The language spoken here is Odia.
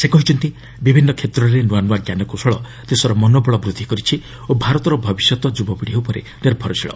ସେ କହିଛନ୍ତି ବିଭିନ୍ନ କ୍ଷେତ୍ରରେ ନୂଆନୂଆ ଜ୍ଞାନକୌଶଳ ଦେଶର ମନୋବଳ ବୃଦ୍ଧି କରିଛି ଓ ଭାରତର ଭବିଷ୍ୟତ ଯୁବପିଢ଼ି ଉପରେ ନିର୍ଭରଶୀଳ